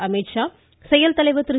அமீத்ஷா செயல்தலைவர் திரு